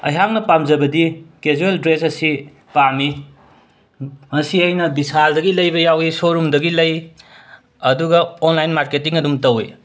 ꯑꯩꯍꯥꯛꯅ ꯄꯥꯝꯖꯕꯗꯤ casual dress ꯑꯁꯤ ꯄꯥꯝꯃꯤ ꯃꯁꯤ ꯑꯩꯅ ꯚꯤꯁꯥꯜꯗꯒꯤ ꯂꯩꯕ ꯌꯥꯎꯏ ꯁꯣꯔꯨꯝꯗꯒꯤ ꯂꯩ ꯑꯗꯨꯒ ꯑꯣꯟꯂꯥꯏꯟ ꯃꯥꯔꯀꯦꯇꯤꯡ ꯑꯗꯨꯝ ꯇꯧꯏ